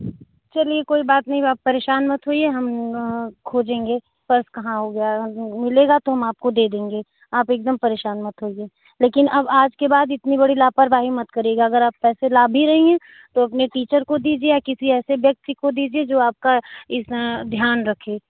चलिए कोई बात नहीं आप परेशान मत होइए हम खोजेंगे पर्स कहाँ खो गया है मिलेगा तो हम आपको दे देंगे आप एकदम परेशान मत होइए लेकिन अब आज के बाद इतनी बड़ी लापरवाही मत करियेगा अगर आप पैसे ला भी रही हैं तो अपने टीचर को दीजिये या किसी ऐसे व्यक्ति को दीजिये जो आपका ध्यान रखे